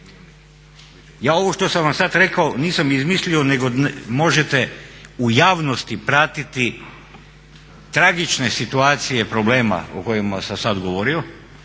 Ja ovo što sam vam sad rekao nisam izmislio nego možete u javnosti pratiti tragične situacije problema o kojima sam sad govorio